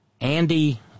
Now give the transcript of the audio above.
Andy